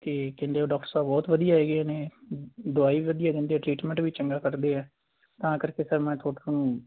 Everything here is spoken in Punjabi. ਅਤੇ ਕਹਿੰਦੇ ਉਹ ਡੋਕਟਰ ਸਾਹਿਬ ਬਹੁਤ ਵਧੀਆ ਹੈਗੇ ਨੇ ਦਵਾਈ ਵੀ ਵਧੀਆ ਦਿੰਦੇ ਟ੍ਰੀਟਮੈਂਟ ਵੀ ਚੰਗਾ ਕਰਦੇ ਆ ਤਾਂ ਕਰਕੇ ਸਰ ਮੈਂ